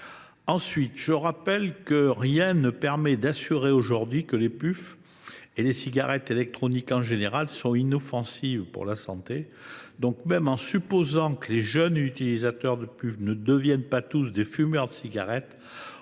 je rappelle que rien ne permet d’assurer aujourd’hui que les puffs et les cigarettes électroniques en général sont inoffensives pour la santé. Même si l’on suppose que les jeunes utilisateurs de puffs ne deviendront pas tous des fumeurs de cigarettes,